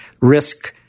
risk